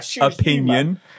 opinion